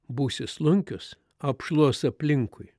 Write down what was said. būsi slunkius apšluos aplinkui